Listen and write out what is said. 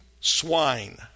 swine